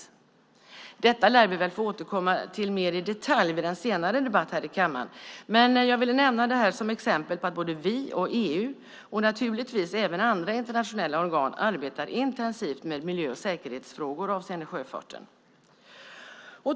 Till detta lär vi mer i detalj få återkomma i en debatt senare här i kammaren. Men jag ville nu nämna det här som exempel på att både vi och EU och naturligtvis även andra internationella organ intensivt arbetar med miljö och säkerhetsfrågor avseende sjöfarten.